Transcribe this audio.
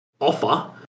offer